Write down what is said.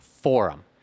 forum